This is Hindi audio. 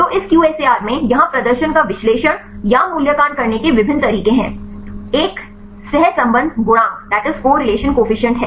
तो इस QSAR में यहाँ प्रदर्शन का विश्लेषण या मूल्यांकन करने के विभिन्न तरीके हैं एक सहसंबंध गुणांक है